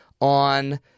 on